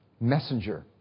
messenger